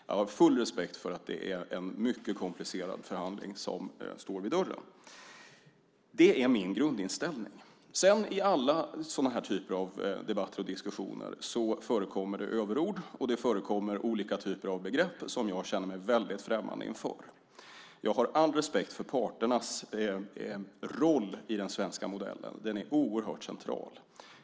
Jag har full respekt för att det är en mycket komplicerad förhandling som står för dörren. Det är min grundinställning. I alla sådana här typer av debatter och diskussioner förekommer överord, och det förekommer olika typer av begrepp som jag känner mig väldigt främmande inför. Jag har all respekt för parternas roll i den svenska modellen. Den är oerhört central.